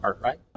Right